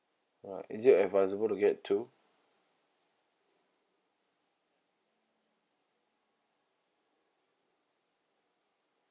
alright is it advisable to get two